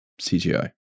CGI